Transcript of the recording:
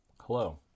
Hello